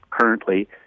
currently